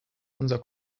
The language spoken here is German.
unser